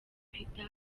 peter